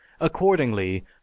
accordingly